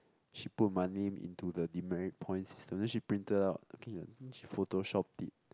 she put my name in to the demerit point system then she printed out looking at then she photoshop it